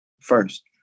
first